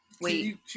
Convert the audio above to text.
Wait